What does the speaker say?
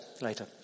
later